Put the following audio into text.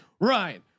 Ryan